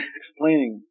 explaining